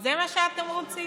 זה מה שאתם רוצים?